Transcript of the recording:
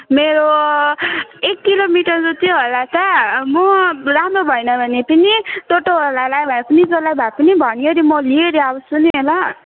मेरो एक किलोमिटर जति होला त म राम्रो भएन भने पनी टोटोवालालाई भए पनि जसलाई भए पनि भनिवरी म लिइवरी आउँछु नि ल